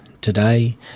today